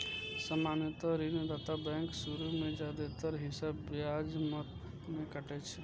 सामान्यतः ऋणदाता बैंक शुरू मे जादेतर हिस्सा ब्याज मद मे काटै छै